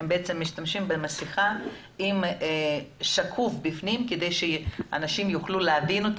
משתמשים במסכה שיש חלק שקוף בתוכה כדי שאנשים יוכלו להבין את